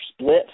split